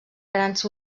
grans